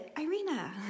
Irina